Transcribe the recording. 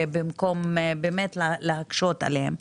במקום להקשות עליהם,